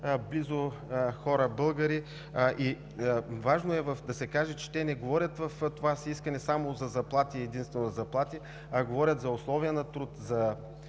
милиона хора – българи. Важно е да се каже, че те не говорят в това си искане само за заплати и единствено за заплати, а говорят за условия на труд, за